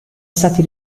stati